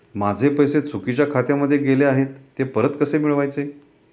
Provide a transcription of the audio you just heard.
माझे पैसे चुकीच्या खात्यामध्ये गेले आहेत तर ते परत कसे मिळवायचे?